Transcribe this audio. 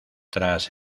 tras